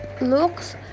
looks